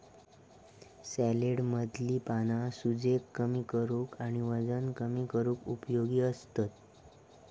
सॅलेडमधली पाना सूजेक कमी करूक आणि वजन कमी करूक उपयोगी असतत